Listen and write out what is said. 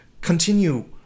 continue